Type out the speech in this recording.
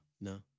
No